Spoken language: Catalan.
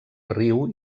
riu